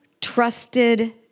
trusted